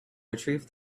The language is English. retrieved